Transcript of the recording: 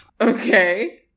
okay